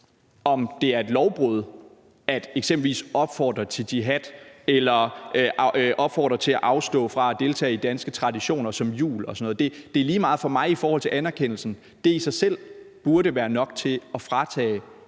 om det er et lovbrud eksempelvis at opfordre til jihad eller opfordre til at afstå fra at deltage i danske traditioner som jul og sådan noget. Det er lige meget for mig i forhold til anerkendelsen. Det i sig selv burde være nok til at fratage